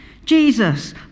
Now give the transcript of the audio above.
Jesus